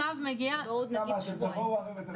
אני עוד לא הבנתי,